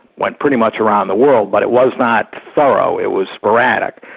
went pretty much around the world, but it was not thorough, it was sporadic.